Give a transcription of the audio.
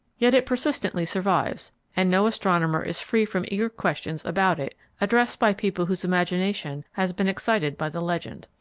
yet it persistently survives, and no astronomer is free from eager questions about it addressed by people whose imagination has been excited by the legend.